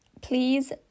Please